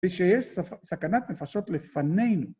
‫ושיש סכנת נפשות לפנינו.